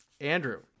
Andrew